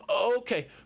okay